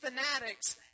fanatics